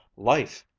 life!